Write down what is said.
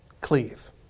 cleave